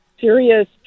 serious